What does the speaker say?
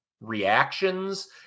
reactions